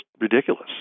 ridiculous